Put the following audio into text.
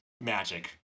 magic